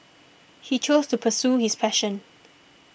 he chose to pursue his passion